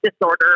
disorder